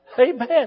Amen